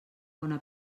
bona